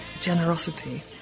generosity